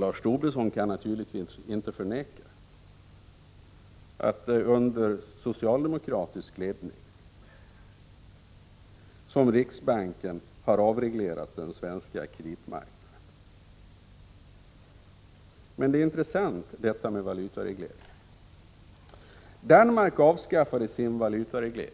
Lars Tobisson kan naturligtvis inte förneka att det är under socialdemokratisk ledning som riksbanken har avreglerat den svenska kreditmarknaden. Detta med valutareglering är intressant. Danmark avskaffade sin valutareglering,